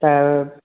त